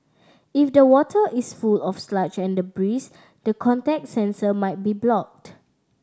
if the water is full of sludge and debris the contact sensor might be blocked